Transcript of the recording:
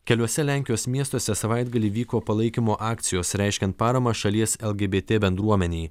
keliuose lenkijos miestuose savaitgalį vyko palaikymo akcijos reiškiant paramą šalies lgbt bendruomenei